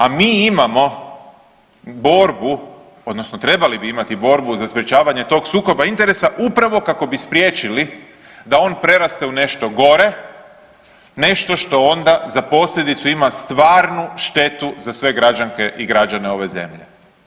A mi imamo borbu odnosno trebali bi imati borbu za sprječavanje tog sukoba interesa upravo kako bi spriječili da on preraste u nešto gore, nešto što onda za posljedicu ima stvarnu štetu za sve građanke i građane ove zemlje.